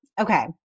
Okay